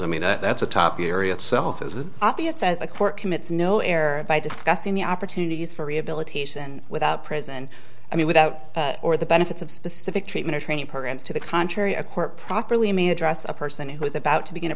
obvious as a court commits no error by discussing the opportunities for rehabilitation without prison i mean without or the benefits of specific treatment or training programs to the contrary a court properly me address a person who is about to begin a